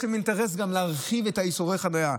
יש להן אינטרס גם להרחיב את איסורי החניה.